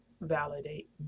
validate